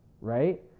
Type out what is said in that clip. right